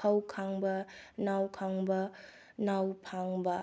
ꯈꯧ ꯈꯥꯡꯕ ꯅꯥꯎꯈꯥꯡꯕ ꯅꯥꯎ ꯐꯥꯡꯕ